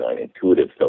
intuitive